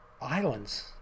islands